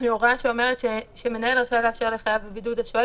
הוראה שאומרת שמנהל רשאי לאשר לחייב בבידוד אפשרי